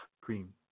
cream